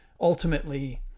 ultimately